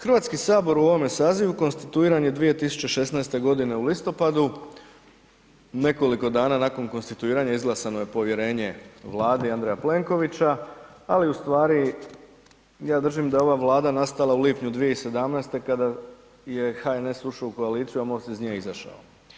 Hrvatski sabor u ovome sazivu konstituiran je 2016. godine u listopadu, nekoliko dana nakon konstituiranja izglasano je povjerenje Vladi Andreja Plenkovića, ali u stvari ja držim da je ova Vlada nastala u lipnju 2017. kada je HNS ušao u koaliciju, a MOST iz nje izašao.